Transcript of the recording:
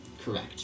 Correct